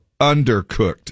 undercooked